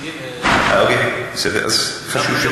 בסדר, אז חשוב,